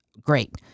Great